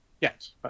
Yes